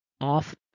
off